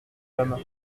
homme